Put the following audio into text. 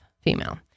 female